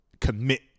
commit